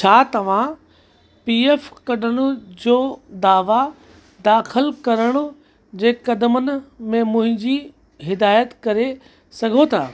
छा तव्हां पीएफ कढण जो दावा दाख़िल करण जे कदमनि में मुंहिंजी हिदायत करे सघो था